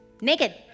Naked